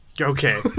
Okay